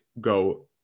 go